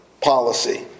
policy